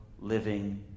living